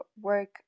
work